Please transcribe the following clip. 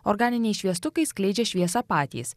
organiniai šviestukai skleidžia šviesą patys